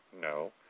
no